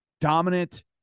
dominant